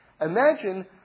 Imagine